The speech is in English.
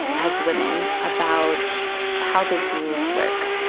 as women, about how the rules work.